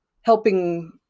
helping